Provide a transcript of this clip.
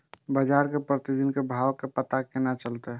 बजार के प्रतिदिन के भाव के पता केना चलते?